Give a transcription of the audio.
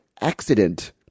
accident